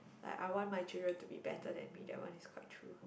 like I want my children to be better than me that one is quite true